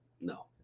No